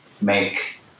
make